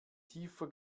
tiefer